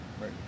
Right